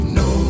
no